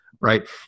right